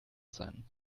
sein